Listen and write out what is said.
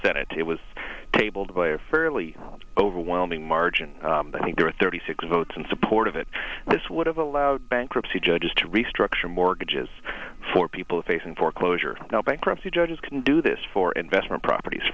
senate it was tabled by a fairly overwhelming margin i think there are thirty six votes in support of it this would have allowed bankruptcy judges to restructure mortgages for people facing foreclosure now bankruptcy judges can do this for investment propert